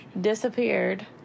disappeared